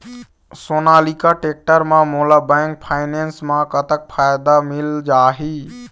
Sonalika tractor म मोला bank finance म कतक फायदा मिल जाही?